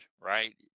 right